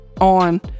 on